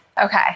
Okay